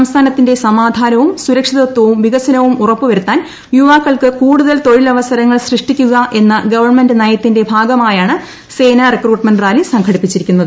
സംസ്ഥാനത്തിന്റെ സമാധാനവും സുരക്ഷിതത്വവും വികസനവും ഉറപ്പുപ്പരുത്താൻ യുവാക്കൾക്ക് കൂടുതൽ തൊഴിൽ അവസരങ്ങൾ സൃഷ്ട്ടിക്കൂക എന്ന ഗവൺമെന്റ് നയത്തിന്റെ ഭാഗമായാണ് സേനാ റിക്രൂട്ട്മെന്റ് റാലീ സംഘടിപ്പിച്ചിരിക്കുന്നത്